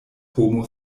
homo